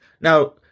now